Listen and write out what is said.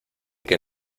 que